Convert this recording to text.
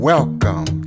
Welcome